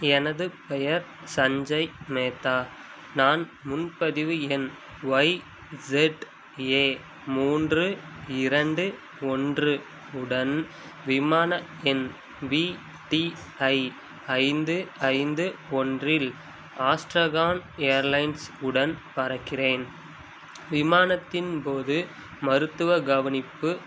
எனது பெயர் சஞ்சய் மேத்தா நான் முன்பதிவு எண் ஒய் செட் ஏ மூன்று இரண்டு ஒன்று உடன் விமான எண் வி டி ஐ ஐந்து ஐந்து ஒன்றில் ஆஸ்ட்ரகான் ஏர்லைன்ஸ் உடன் பறக்கிறேன் விமானத்தின் போது மருத்துவ கவனிப்பு